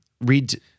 read